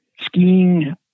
skiing